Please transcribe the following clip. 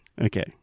Okay